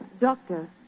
doctor